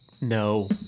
no